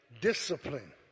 discipline